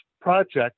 project